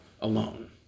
alone